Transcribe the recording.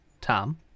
Tom